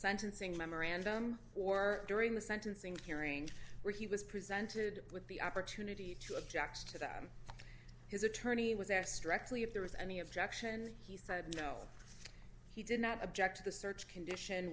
sentencing memorandum or during the sentencing hearing where he was presented with the opportunity to objects to that his attorney was asked directly if there was any objection he said no he did not object to the search condition